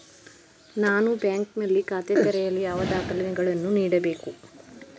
ನಾನು ಬ್ಯಾಂಕ್ ನಲ್ಲಿ ಖಾತೆ ತೆರೆಯಲು ಯಾವ ದಾಖಲೆಗಳನ್ನು ನೀಡಬೇಕು?